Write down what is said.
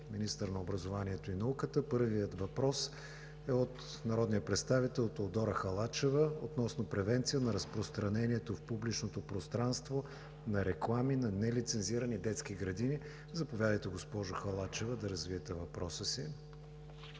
министъра на образованието Красимир Вълчев. Първият въпрос е от народния представител Теодора Халачева относно превенция на разпространението в публичното пространство на реклами на нелицензирани детски градини. Заповядайте, госпожо Халачева, да развиете въпроса си.